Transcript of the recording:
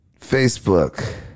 Facebook